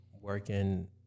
working